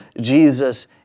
Jesus